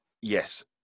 yes